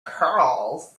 curls